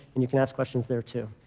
and you can ask questions there, too.